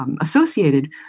associated